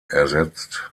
ersetzt